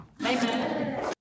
Amen